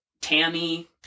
Tammy